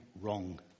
wrong